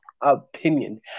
opinion